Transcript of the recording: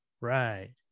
right